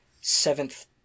seventh